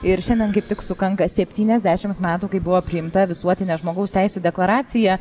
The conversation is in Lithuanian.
ir šiandien kaip tik sukanka septyniasdešimt metų kai buvo priimta visuotinė žmogaus teisių deklaracija